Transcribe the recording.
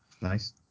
Nice